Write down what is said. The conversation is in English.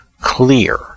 clear